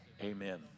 amen